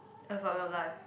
love of your life